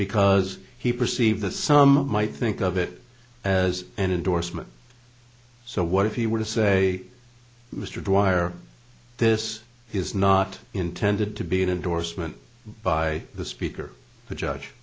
because he perceived as some might think of it as an endorsement so what if he were to say mr dwyer this is not intended to be an endorsement by the speaker to judge